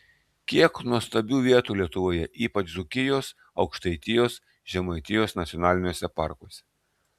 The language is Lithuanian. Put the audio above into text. kiek nuostabių vietų lietuvoje ypač dzūkijos aukštaitijos žemaitijos nacionaliniuose parkuose